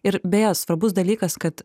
ir beje svarbus dalykas kad